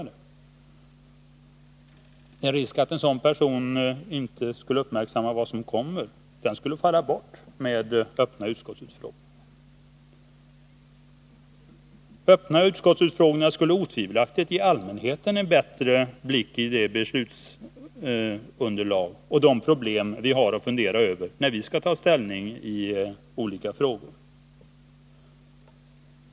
Denna risk för att synpunkter inte uppmärksammas skulle undanröjas genom öppna utskottsutfrågningar. Öppna utskottsutfrågningar skulle otvivelaktigt ge allmänheten en bättre inblick i de beslutsunderlag och de problem vi har att fundera över, när vi skall ta ställning i olika frågor.